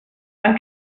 van